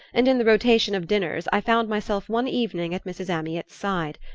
and in the rotation of dinners i found myself one evening at mrs. amyot's side.